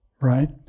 Right